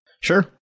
Sure